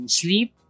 sleep